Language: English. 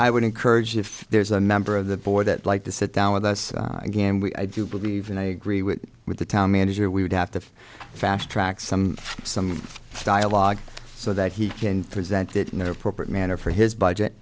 i would encourage if there's a member of the board that like to sit down with us again we i do believe and i agree with with the town manager we would have to fast track some some dialogue so that he can present that in their appropriate manner for his budget